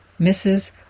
Mrs